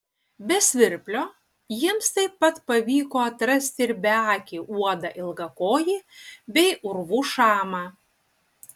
be svirplio jiems taip pat pavyko atrasti ir beakį uodą ilgakojį bei urvų šamą